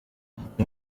ati